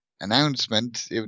announcement